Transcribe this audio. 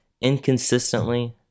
inconsistently